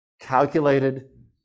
calculated